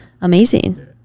amazing